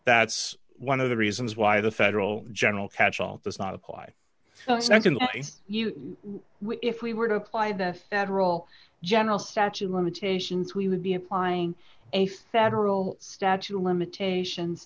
that's one of the reasons why the federal general catchall does not apply you which if we were to apply the federal general statute of limitations we would be applying a federal statute of limitations